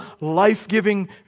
life-giving